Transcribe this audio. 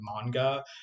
manga